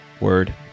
Word